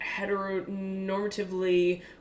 heteronormatively